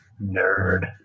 Nerd